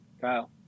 Kyle